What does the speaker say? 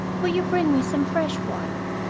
will you bring me some fresh water?